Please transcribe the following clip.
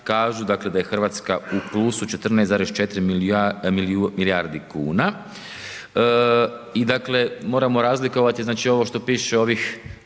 dakle da je Hrvatska u plusu, 14,4 milijardi kuna i dakle moramo razlikovati ovo što piše, ovih